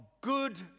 good